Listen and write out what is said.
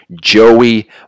Joey